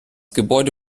gebäude